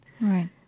Right